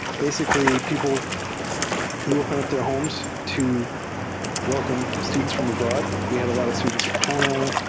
basically, people who open up their homes to welcome students from abroad. we had a lot of students from china,